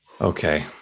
Okay